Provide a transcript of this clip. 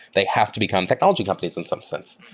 they have to become technology companies in some sense,